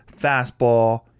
fastball